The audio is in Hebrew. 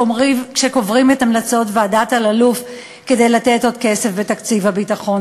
כשקוברים את המלצות ועדת אלאלוף כדי לתת עוד כסף לתקציב הביטחון?